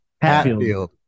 Hatfield